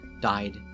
died